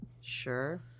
Sure